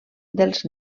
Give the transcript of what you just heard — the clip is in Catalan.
dels